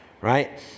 right